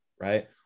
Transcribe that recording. right